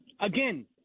again